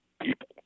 people